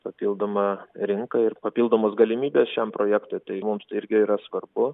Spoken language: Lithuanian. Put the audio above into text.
papildoma rinka ir papildomos galimybės šiam projektui tai mums irgi yra svarbu